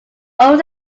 owns